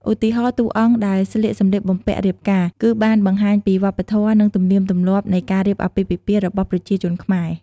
ឧទាហរណ៍ តួរអង្គដែរស្លៀកសំម្លៀកបំពាក់រៀបការ គឺបានបង្ហាញពីវប្បធម៍នឹងទំនាមទំលាបនៃការរៀបអាពាពិពាណ៍របស់ប្រជាជនខ្មែរ ។